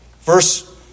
verse